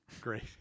Great